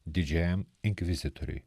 didžiajam inkvizitoriui